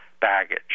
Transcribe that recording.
baggage